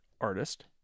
artist